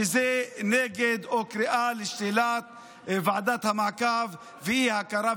שזה נגד או קריאה לשלילת ועדת המעקב ואי-הכרה,